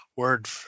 word